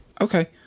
Okay